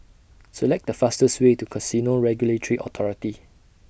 Select The fastest Way to Casino Regulatory Authority